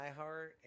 iHeart